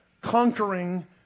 conquering